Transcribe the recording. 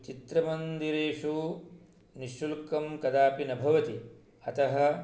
चित्रमन्दिरेषु निःशुल्कं कदापि न भवति अतः